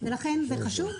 ולכן זה חשוב.